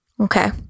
okay